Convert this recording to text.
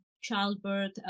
childbirth